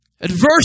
Adversity